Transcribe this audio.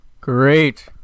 Great